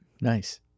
Nice